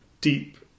deep